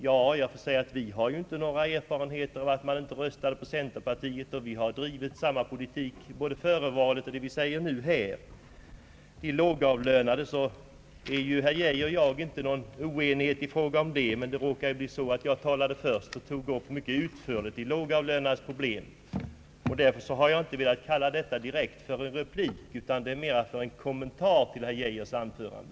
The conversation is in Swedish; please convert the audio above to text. Ja, jag får säga att vi ju inte har några erfarenheter av att man inte röstade på centerpartiet, och vi har drivit samma politik både före och efter valet. I fråga om de lågavlönade råder det inte någon oenighet mellan herr Geijer och mig, men det råkade bli så att jag talade först och mycket utförligt tog upp de lågavlönades problem. Därför har jag inte velat kalla detta mitt anförande för en replik, utan mera en kommentar till herr Geijers anförande.